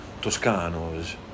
Toscanos